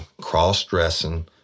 cross-dressing